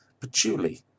patchouli